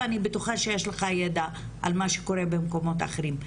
ואני בטוחה שיש לך ידע על מה שקורה במקומות אחרים.